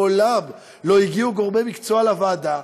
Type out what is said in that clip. מעולם לא הגיעו גורמי מקצוע לוועדה,